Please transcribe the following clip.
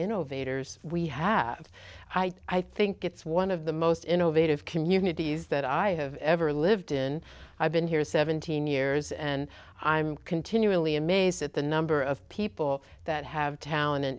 innovators we have i think it's one of the most innovative communities that i have ever lived in i've been here seventeen years and i'm continually amazed at the number of people that have talent